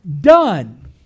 done